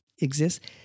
exists